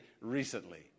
recently